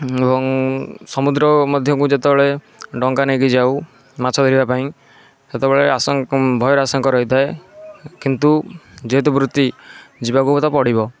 ଏବଂ ସମୁଦ୍ର ମଧ୍ୟକୁ ଯେତେବେଳେ ଡଙ୍ଗା ନେଇ କି ଯାଉ ମାଛ ଧରିବା ପାଇଁ ସେତେବେଳେ ଆଶଙ୍କ ଭୟର ଆଶଙ୍କା ରହିଥାଏ କିନ୍ତୁ ଯେହେତୁ ବୃତ୍ତି ଯିବାକୁ ତ ପଡ଼ିବ